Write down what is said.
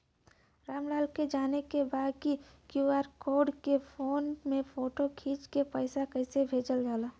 राम लाल के जाने के बा की क्यू.आर कोड के फोन में फोटो खींच के पैसा कैसे भेजे जाला?